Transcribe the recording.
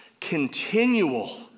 continual